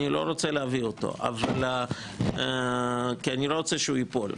אני לא רוצה להביא אותו כי אני לא רוצה שהוא ייפול.